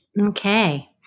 Okay